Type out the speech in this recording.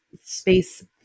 space